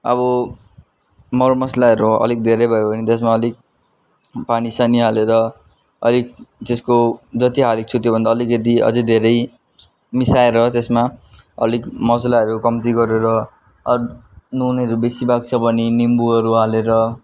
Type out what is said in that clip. अब मर मसलाहरू अलिक धेरै भयो भने त्यसमा अलिक पानी सानी हालेर अलिक त्यसको जति हालेको छु त्योभन्दा अलिकति अझ धेरै मिसाएर त्यसमा अलिक मसलाहरू कम्ती गरेर नुनहरू बेसी भएको छ भने निम्बुहरू हालेर